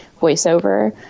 voiceover